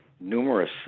numerous